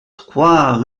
trois